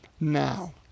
now